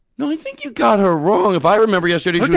no, i think you got her wrong. if i remember yesterday, yeah